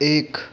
एक